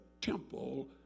temple